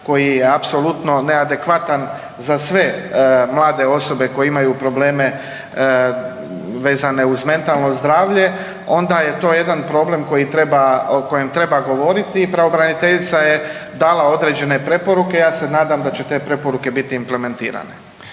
koji je apsolutno neadekvatan za sve mlade osobe koje imaju probleme vezane uz mentalno zdravlje onda je to jedan problem koji treba, o kojem treba govoriti. Pravobraniteljica je dala određene preporuke, ja se nadam da će te preporuke biti implementirane.